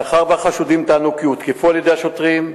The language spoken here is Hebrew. מאחר שהחשודים טענו כי הותקפו על-ידי השוטרים,